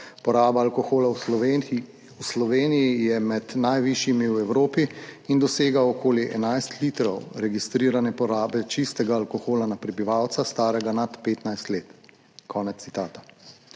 Poraba alkohola v Sloveniji je med najvišjimi v Evropi in dosega okoli 11 litrov registrirane porabe čistega alkohola na prebivalca starega nad 15 let."